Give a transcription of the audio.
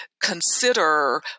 consider